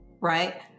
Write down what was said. right